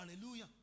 Hallelujah